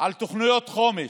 על תוכניות חומש,